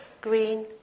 green